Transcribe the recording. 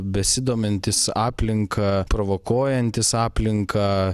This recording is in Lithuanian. besidomintis aplinka provokuojantis aplinką